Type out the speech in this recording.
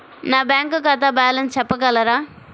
నా బ్యాంక్ ఖాతా బ్యాలెన్స్ చెప్పగలరా?